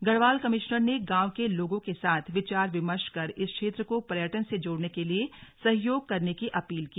Garhwal commissioner ने गांव के लोगों के साथ विचार विमर्श कर इस क्षेत्र को पर्यटन से जोड़ने के लिए सहयोग करने की अपील की